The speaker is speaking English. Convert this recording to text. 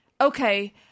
Okay